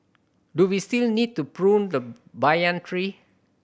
do we still need to prune the banyan tree